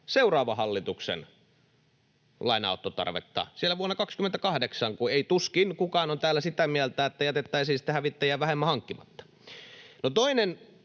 seuraavan hallituksen lainanottotarvetta siellä vuonna 28, kun tuskin kukaan on täällä sitä mieltä, että jätettäisiin sitten hävittäjiä vähemmän hankkimatta.